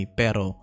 pero